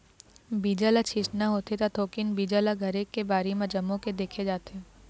बीजा ल छिचना होथे त थोकिन बीजा ल घरे के बाड़ी म जमो के देखे जाथे